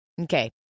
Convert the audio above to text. Okay